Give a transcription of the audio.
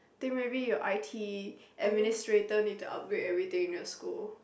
think maybe your I_T administrator need to upgrade everything in your school